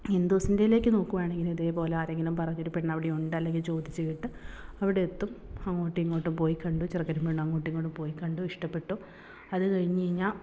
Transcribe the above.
ഹിന്ദൂസിൻ്റെ ഇതിലേക്ക് നോക്കുക ആണെങ്കിൽ ഇതേ പോലെ ആരെങ്കിലും പറഞ്ഞു ഒരു പെണ്ണ് അവിടെ ഉണ്ട് അല്ലെങ്കിൽ ചോദിച്ച് കേട്ട് അവിടെ എത്തും അങ്ങോട്ടും ഇങ്ങോട്ടും പോയി കണ്ടു ചെറുക്കനും പെണ്ണും അങ്ങോട്ടും ഇങ്ങോട്ടും പോയി കണ്ടു ഇഷ്ടപ്പെട്ടു അത് കഴിഞ്ഞ് കഴിഞ്ഞാൽ